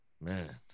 man